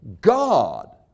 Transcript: God